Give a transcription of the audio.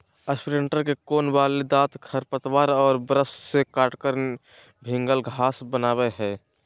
imprinter के कोण वाले दांत खरपतवार और ब्रश से काटकर भिन्गल घास बनावैय हइ